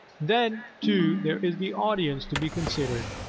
then, too, there is the audience to be considered.